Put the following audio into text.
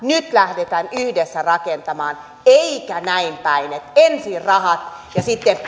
nyt lähdetään yhdessä rakentamaan eikä näinpäin että ensin rahat ja sitten